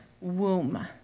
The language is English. womb